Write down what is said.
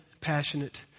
passionate